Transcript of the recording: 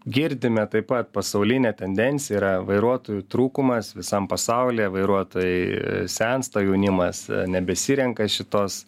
girdime taip pat pasaulinė tendencija yra vairuotojų trūkumas visam pasaulyje vairuotojai sensta jaunimas nebesirenka šitos